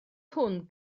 hwn